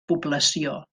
població